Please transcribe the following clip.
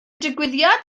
digwyddiad